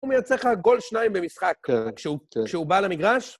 הוא מייצר לך גול שניים במשחק, כשהוא, כשהוא בא למגרש.